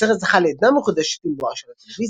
הסרט זכה לעדנה מחודשת עם בואה של הטלוויזיה,